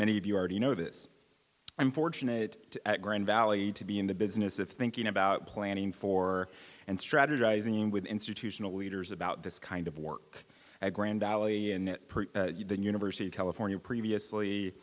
many of you already know this i'm fortunate at grand valley to be in the business of thinking about planning for and strategizing with institutional leaders about this kind of work at grand valley and the university of california previously